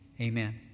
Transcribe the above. amen